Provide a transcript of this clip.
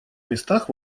местах